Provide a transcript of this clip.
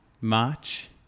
March